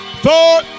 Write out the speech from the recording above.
four